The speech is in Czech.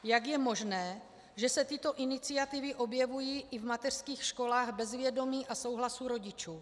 Jak je možné, že se tyto iniciativy objevují i v mateřských školách bez vědomí a souhlasu rodičů?